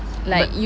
but